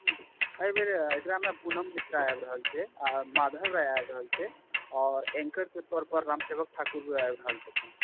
एहिबेर एकरा मे पूनम मिश्रा आबि रहल छै आ माधव राय आबि रहल छै और एंकर के तौर पर राम सेवक ठाकुर आबि रहल छथिन